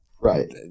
Right